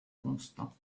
constant